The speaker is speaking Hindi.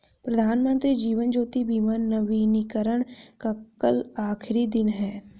प्रधानमंत्री जीवन ज्योति बीमा नवीनीकरण का कल आखिरी दिन है